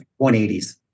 180s